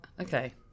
Okay